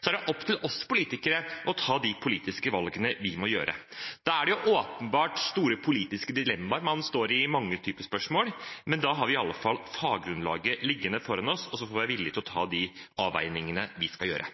Så er det opp til oss politikere å ta de politiske valgene vi må gjøre. Da er det åpenbart store politiske dilemmaer man står i, i mange typer spørsmål, men da har vi iallfall faggrunnlaget liggende foran oss, og så får vi være villig til å ta de avveiningene vi skal gjøre.